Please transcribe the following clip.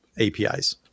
APIs